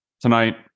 tonight